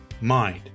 mind